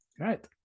Right